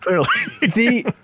clearly